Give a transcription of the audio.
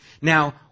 Now